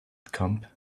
camp